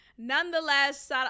Nonetheless